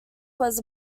was